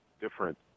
different